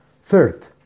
Third